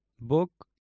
book